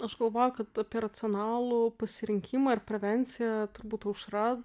aš galvoju kad apie racionalų pasirinkimą ir prevenciją turbūt aušra